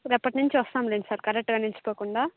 రేపటి నుంచి వస్తాంలేండి సార్ కరెక్ట్గా నిలిచిపోకుండా